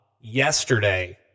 yesterday